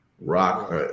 rock